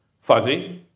fuzzy